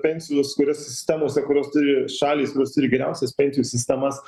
pensijos kurias sistemose kurios turi šalys plius ir geriausias pensijų sistemas